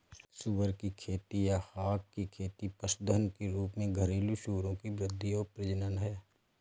सुअर की खेती या हॉग खेती पशुधन के रूप में घरेलू सूअरों की वृद्धि और प्रजनन है